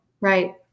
Right